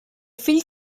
fill